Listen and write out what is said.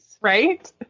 Right